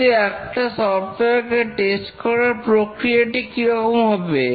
কিন্তু একটা সফটওয়্যার কে টেস্ট করার প্রক্রিয়াটি কিরকম হবে